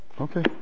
Okay